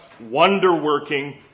wonder-working